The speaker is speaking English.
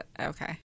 okay